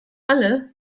alle